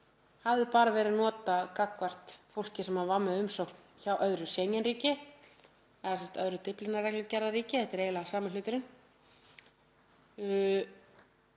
hafði bara verið notað gagnvart fólki sem var með umsókn hjá öðru Schengen-ríki eða öðru Dyflinnar-reglugerðarríki, þetta er eiginlega sami hluturinn,